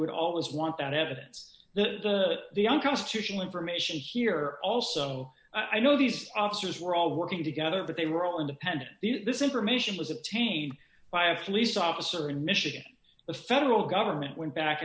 would always want that evidence that the unconstitutional information here also i know these officers were all working together that they were all independent this information was obtained by a police officer in michigan the federal government went back